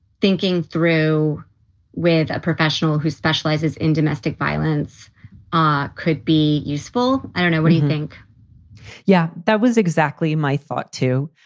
thinking through with a professional who specializes in domestic violence ah could be useful. i don't know what you think yeah, that was exactly my thought, too,